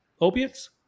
opiates